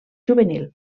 juvenil